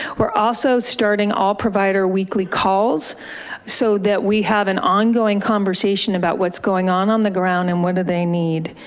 we're also starting all provider weekly calls so that we have an ongoing conversation about what's going on on the ground and what do they need.